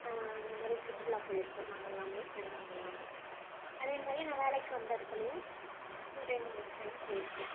அந்தமாதிரி சுற்றுலா போயிருக்கோம் நாங்கெல்லாமே ஃப்ரெண்ட்ஸுங்கெல்லாமே அதேமாதிரி நான் வேலைக்கு வந்த இடத்துலையும் ஒரு ரெண்டு மூணு டைம் போயிருக்கேன்